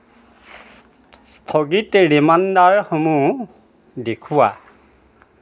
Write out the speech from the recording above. স্থগিত ৰিমাইণ্ডাৰসমূহ দেখুওৱা